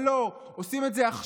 אבל לא, עושים את זה עכשיו,